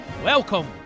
Welcome